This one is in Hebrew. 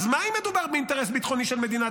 אז מה אם מדובר באינטרס ביטחוני של מדינת